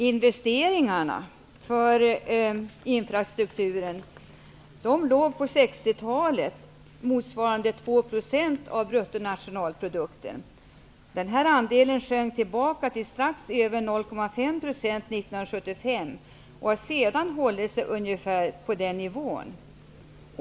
Investeringarna för infrastrukturen låg under 60 talet på motsvarande 2 % av bruttonationalprodukten. 1975 sjönk andelen till strax över 0,5 % och har sedan hållit sig på ungefär den nivån.